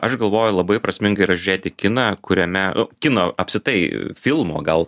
aš galvoju labai prasminga yra žiūrėti kiną kuriame kino apskritai filmo gal